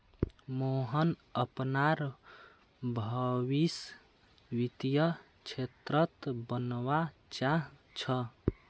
मोहन अपनार भवीस वित्तीय क्षेत्रत बनवा चाह छ